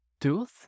tooth